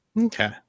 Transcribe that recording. Okay